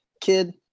kid